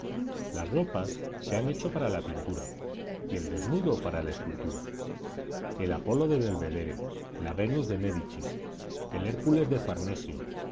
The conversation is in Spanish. las ropas se han hecho para la pintura y el desnudo para la escultura el apolo del belvedere la venus de médicis el hércules de farnesio